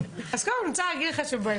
אז קודם כל אני רוצה להגיד לך שבאזרחות,